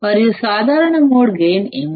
మరియు common mode gain ఏమిటి